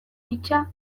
hitsa